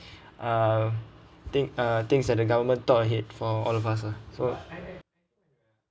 uh thing~ uh things that the government thought ahead for all of us ah so